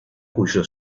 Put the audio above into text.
cuyo